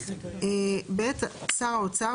(ב) שר האוצר,